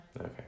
Okay